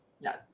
No